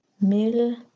mil